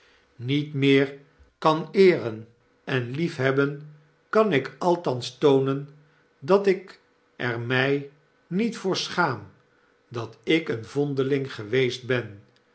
niet meer kan eeren en liefhebben kan ik althans toonen dat ik er my niet voor schaam dat ik een vondeling geweest ben